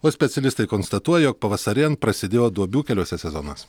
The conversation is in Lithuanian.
o specialistai konstatuoja jog pavasarėjant prasidėjo duobių keliuose sezonas